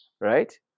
right